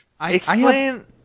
explain